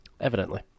Evidently